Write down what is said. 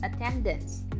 attendance